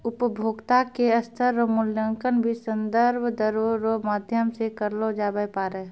उपभोक्ता के स्तर रो मूल्यांकन भी संदर्भ दरो रो माध्यम से करलो जाबै पारै